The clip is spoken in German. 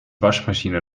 waschmaschine